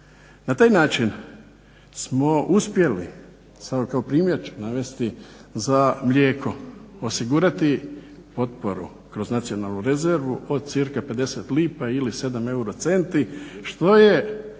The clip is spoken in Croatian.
Na taj način smo uspjeli, samo kao primjer ću navesti, za mlijeko osigurati potporu kroz nacionalnu rezervu od cca 50 lipa ili 7 eurocenti što je